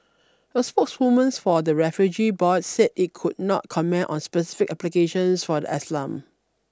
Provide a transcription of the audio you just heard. a spokeswoman for the refugee board said it could not comment on specific applications for the a slum